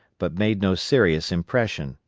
but made no serious impression,